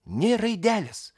nė raidelės